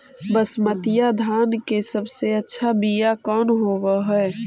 बसमतिया धान के सबसे अच्छा बीया कौन हौब हैं?